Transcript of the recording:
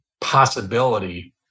possibility